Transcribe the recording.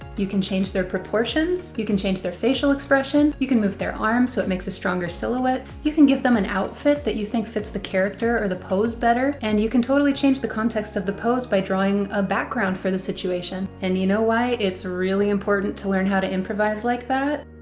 you can change their proportions. you can change their facial expression. you can move their arm so it makes a stronger silhouette. you can give them an outfit that you think fits the character or the pose better. and you can totally change the context of the pose by drawing a background for the situation. and do you know why it's really important to learn how to improvise like that?